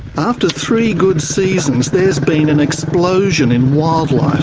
after three good seasons there's been an explosion in wildlife,